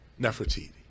Nefertiti